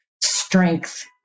strength